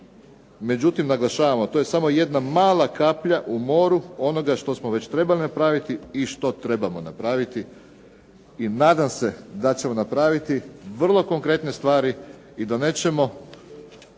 međutim, naglašavamo to je samo jedna mala kaplja u moru onoga što smo već trebali napraviti i što trebamo napraviti i nadam se da ćemo napraviti vrlo konkretne stvari i da nećemo